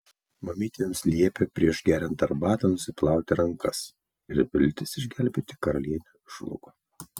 mamytė jums liepė prieš geriant arbatą nusiplauti rankas ir viltis išgelbėti karalienę žlugo